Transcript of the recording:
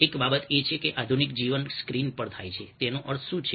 એક બાબત એ છે કે આધુનિક જીવન સ્ક્રીન પર થાય છે તેનો અર્થ શું છે